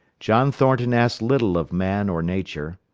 john thornton asked little of man or nature.